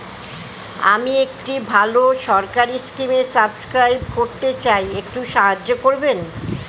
আমি একটি ভালো সরকারি স্কিমে সাব্সক্রাইব করতে চাই, একটু সাহায্য করবেন?